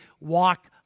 walk